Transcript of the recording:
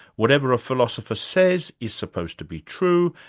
whatever a philosopher says is supposed to be true,